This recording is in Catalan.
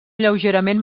lleugerament